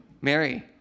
Mary